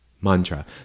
mantra